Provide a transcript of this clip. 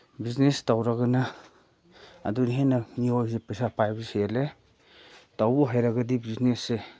business ꯇꯧꯔꯒꯅ ꯑꯗꯨꯅ ꯍꯦꯟꯅ ꯃꯤꯑꯣꯏꯕꯁꯦ ꯄꯩꯁꯥ ꯄꯥꯏꯕꯁꯨ ꯍꯦꯜꯂꯦ ꯇꯧꯕꯕꯨ ꯍꯥꯏꯔꯒꯗꯤ ꯕꯤꯖꯤꯅꯦꯁꯁꯦ